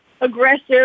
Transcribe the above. aggressive